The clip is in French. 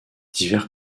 divers